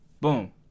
boom